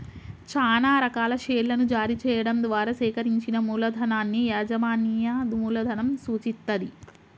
చానా రకాల షేర్లను జారీ చెయ్యడం ద్వారా సేకరించిన మూలధనాన్ని యాజమాన్య మూలధనం సూచిత్తది